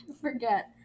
forget